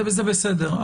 זה בסדר.